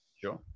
Sure